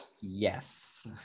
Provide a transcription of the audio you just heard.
Yes